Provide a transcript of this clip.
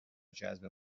جذب